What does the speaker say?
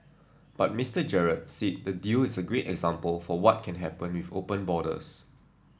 but Mister Gerard said the deal is a great example for what can happen with open borders